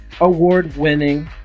award-winning